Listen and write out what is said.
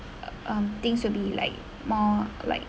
um things will be like more like